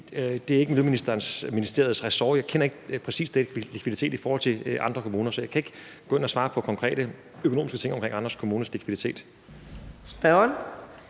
er ikke Miljøministeriets ressort. Jeg kender ikke præcis deres likviditet i forhold til andre kommuner, så jeg kan ikke gå ind og svare på konkrete økonomiske ting omkring Randers Kommunes likviditet.